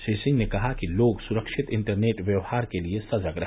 श्री सिंह ने कहा कि लोग सुरक्षित इंटरनेट व्यवहार के लिए सजग रहे